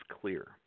clear